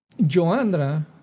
Joandra